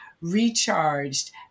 recharged